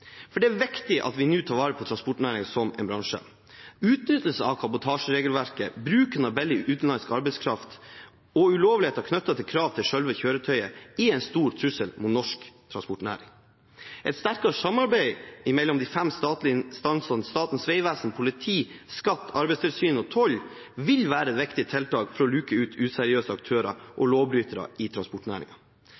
for det er viktig at vi nå tar vare på transportnæringen som en bransje. Utnyttelse av kabotasjeregelverket, bruken av billig utenlandsk arbeidskraft og ulovligheter knyttet til krav til selve kjøretøyet er en stor trussel mot norsk transportnæring. Et sterkere samarbeid mellom de fem statlige instansene Statens vegvesen, politiet, Skatteetaten, Arbeidstilsynet og tollvesenet vil være et viktig tiltak for å luke ut useriøse aktører og lovbrytere i